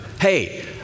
Hey